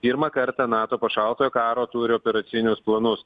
pirmą kartą nato po šaltojo karo turi operacinius planus